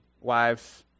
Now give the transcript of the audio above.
wives